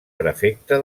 prefecte